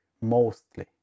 mostly